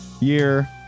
year